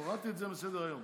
הורדתי את זה מסדר-היום.